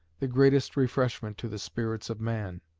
the greatest refreshment to the spirits of man.